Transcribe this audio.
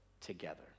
together